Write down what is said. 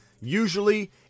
usually